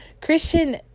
Christian